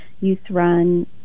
youth-run